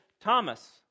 Thomas